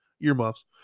earmuffs